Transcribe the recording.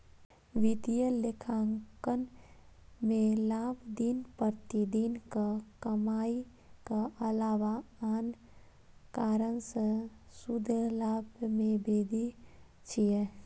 वित्तीय लेखांकन मे लाभ दिन प्रतिदिनक कमाइक अलावा आन कारण सं शुद्ध लाभ मे वृद्धि छियै